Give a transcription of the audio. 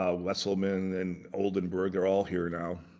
ah wesselmann and oldenburg, they're all here now.